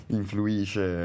influisce